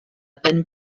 peine